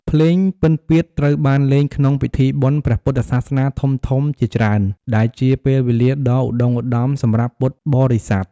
ភ្លេងពិណពាទ្យត្រូវបានលេងក្នុងពិធីបុណ្យព្រះពុទ្ធសាសនាធំៗជាច្រើន ដែលជាពេលវេលាដ៏ឧត្តុង្គឧត្តមសម្រាប់ពុទ្ធបរិស័ទ។